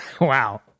Wow